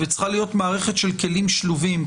וצריכה להיות מערכת של כלים שלובים.